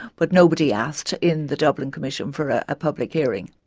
but nobody asked in the dublin commission for a public hearing.